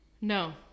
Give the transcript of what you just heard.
No